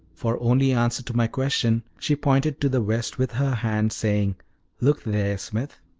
for only answer to my question she pointed to the west with her hand, saying look there, smith.